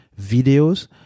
videos